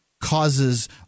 causes